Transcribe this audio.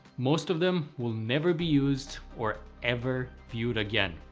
most of them will never be used or ever viewed again,